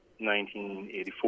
1984